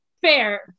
Fair